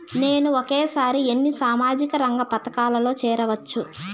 నేను ఒకేసారి ఎన్ని సామాజిక రంగ పథకాలలో సేరవచ్చు?